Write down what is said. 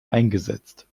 eingesetzt